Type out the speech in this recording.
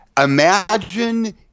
imagine